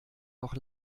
noch